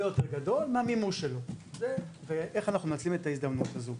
יותר גדול מהמימוש שלו ואיך אנחנו מנצלים את ההזדמנות הזו.